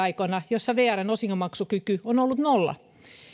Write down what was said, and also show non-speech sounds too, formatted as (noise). (unintelligible) aikoina ollut vuosia jolloin vrn osingonmaksukyky on ollut nolla